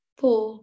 four